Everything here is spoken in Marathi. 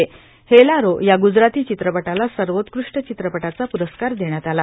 हेलारो या ग्जराती चित्रपटाला सर्वोत्कृष्ट चित्रपटाचा प्रस्कार देण्यात आला